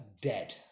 dead